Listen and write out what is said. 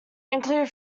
included